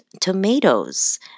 tomatoes